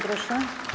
Proszę.